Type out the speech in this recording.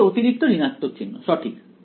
একটি অতিরিক্ত ঋণাত্মক চিহ্ন সঠিক